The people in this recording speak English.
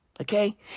Okay